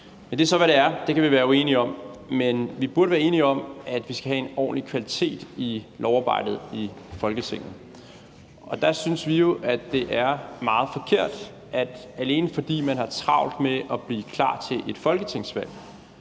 Det er så, hvad det er; det kan vi være uenige om, men vi burde være enige om, at vi skal have en ordentlig kvalitet i lovarbejdet i Folketinget. Og der synes vi jo, at det er meget forkert, at alene fordi man har travlt med at blive klar til et folketingsvalg,